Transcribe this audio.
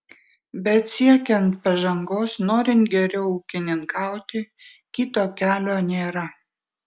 bet siekiant pažangos norint geriau ūkininkauti kito kelio nėra